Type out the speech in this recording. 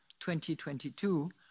2022